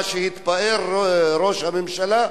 מה שהתפאר ראש הממשלה?